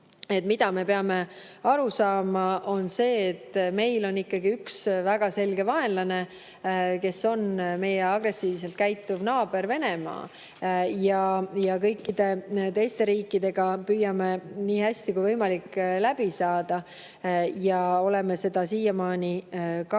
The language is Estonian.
Me peame aru saama, et meil on üks väga selge vaenlane: see on meie agressiivselt käituv naaber Venemaa. Kõikide teiste riikidega püüame nii hästi kui võimalik läbi saada ja oleme seda siiamaani ka